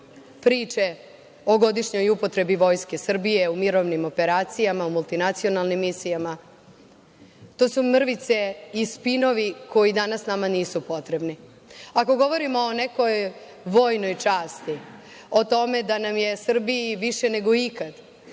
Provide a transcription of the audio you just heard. priče o godišnjoj upotrebi Vojske Srbije u mirovnim operacijama, multinacionalnim misijama. To su mrvice i spinovi koji danas nama nisu potrebni. Ako govorimo o nekoj vojnoj časti, o tome da nam je Srbiji više nego ikad